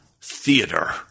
theater